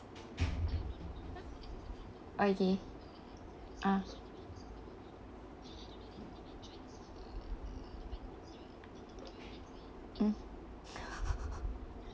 okay ah mm